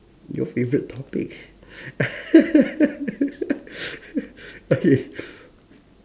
your favourite topic okay